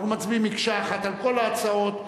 אנחנו מצביעים מקשה אחת על כל ההצעות.